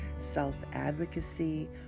self-advocacy